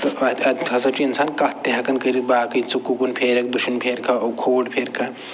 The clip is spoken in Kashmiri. اَتٮ۪تھ ہسا چھُ اِنسان کَتھ تہِ ہٮ۪کان کٔرِتھ باقٕے ژٕ کُکُن پھیرٮ۪کھ دٔچھُن پھیرِکھا کھوٚوُر پھیرِکھا